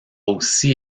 aussi